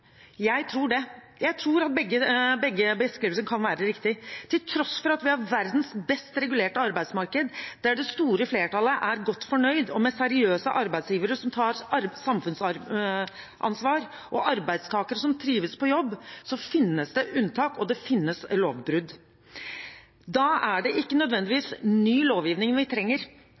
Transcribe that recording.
Jeg tror det, jeg tror at begge beskrivelsene kan være riktige. Til tross for at vi har verdens best regulerte arbeidsmarked der det store flertallet er godt fornøyd, og vi har seriøse arbeidsgivere som tar samfunnsansvar og arbeidstakere som trives på jobb, så finnes det unntak, og det finnes lovbrudd. Da er det ikke nødvendigvis ny lovgivning vi trenger,